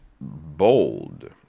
bold